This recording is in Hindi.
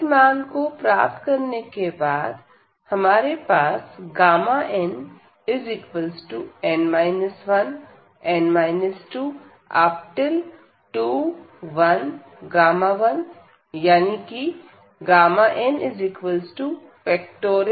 इस मान को प्राप्त करने के बाद हमारे पास है nn 1n 22Γ यानी कि nn 1